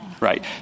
Right